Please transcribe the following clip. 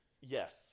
Yes